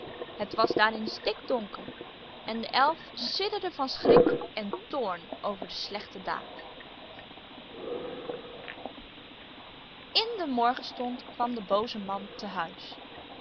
het was daarin stikdonker en de elf sidderde van schrik en toorn over de slechte daad in den morgenstond kwam de booze man te huis